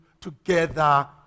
together